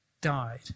died